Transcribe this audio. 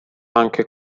anche